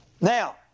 Now